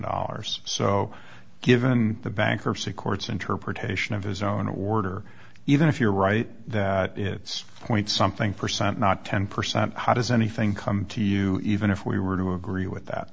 dollars so given the bankruptcy courts interpretation of his own order even if you're right that is a point something percent not ten percent how does anything come to you even if we were to agree with that